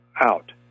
out